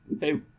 Hey